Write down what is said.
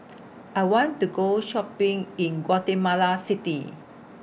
I want to Go Shopping in Guatemala City